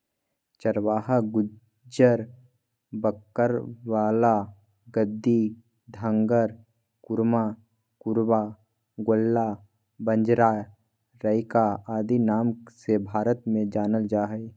चरवाहा गुज्जर, बकरवाल, गद्दी, धंगर, कुरुमा, कुरुबा, गोल्ला, बंजारे, राइका आदि नाम से भारत में जानल जा हइ